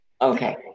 Okay